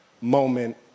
moment